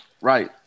Right